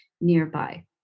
nearby